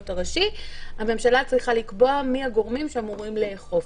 הראשי הממשלה צריכה לקבוע מי הגורמים שאמורים לאכוף.